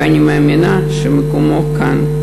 ואני מאמינה שמקומו כאן.